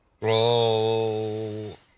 Roll